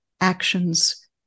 actions